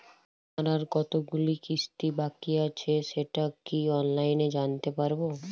আমার আর কতগুলি কিস্তি বাকী আছে সেটা কি অনলাইনে জানতে পারব?